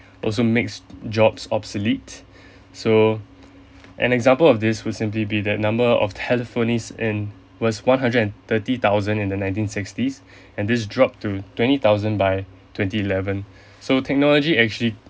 also makes jobs obsolete so an example of this would simple be that number of telephonist in was one hundred and thirty thousand in the nineteen sixties and this dropped to twenty thousand by twenty eleven so technology actually